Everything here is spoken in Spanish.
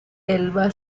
elba